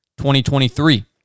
2023